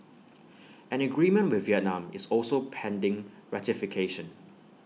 an agreement with Vietnam is also pending ratification